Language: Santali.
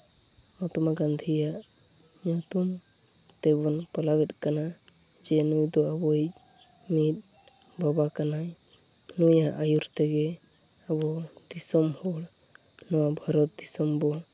ᱢᱚᱦᱟᱛᱢᱟ ᱜᱟᱱᱫᱷᱤᱭᱟᱜ ᱧᱩᱛᱩᱢ ᱛᱮᱵᱚᱱ ᱯᱟᱞᱟᱣᱮᱫ ᱠᱟᱱᱟ ᱡᱮ ᱱᱩᱭ ᱫᱚ ᱟᱵᱚᱭᱤᱡ ᱢᱤᱫ ᱵᱟᱵᱟ ᱠᱟᱱᱟᱭ ᱱᱩᱭᱟᱜ ᱟᱹᱭᱩᱨ ᱛᱮᱜᱮ ᱟᱵᱚ ᱫᱤᱥᱚᱢ ᱦᱚᱲ ᱱᱚᱣᱟ ᱵᱷᱟᱨᱚᱛ ᱫᱤᱥᱚᱢ ᱵᱚᱱ